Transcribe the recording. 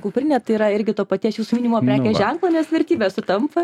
kuprinę tai yra irgi to paties jūsų minimo prekės ženklo nes vertybės sutampa